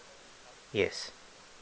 yes